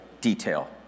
detail